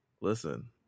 Listen